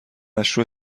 مشروح